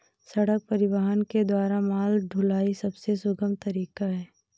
सड़क परिवहन के द्वारा माल ढुलाई सबसे सुगम तरीका है